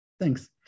Thanks